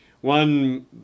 One